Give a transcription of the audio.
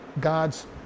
God's